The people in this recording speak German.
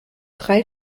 drei